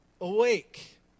awake